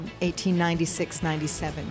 1896-97